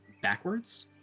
backwards